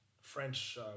French